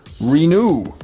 Renew